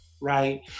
Right